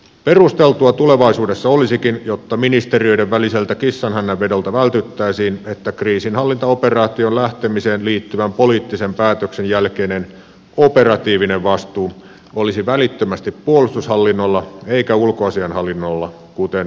perusteltua tulevaisuudessa olisikin jotta ministeriöiden väliseltä kissanhännänvedolta vältyttäisiin että kriisinhallintaoperaatioon lähtemiseen liittyvän poliittisen päätöksen jälkeinen operatiivinen vastuu olisi välittömästi puolustushallinnolla eikä ulkoasiainhallinnolla kuten nyt on tilanne